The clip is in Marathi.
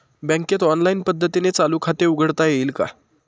बँकेत ऑनलाईन पद्धतीने चालू खाते उघडता येईल का?